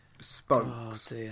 spokes